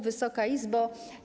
Wysoka Izbo!